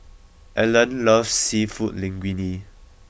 Alan loves Seafood Linguine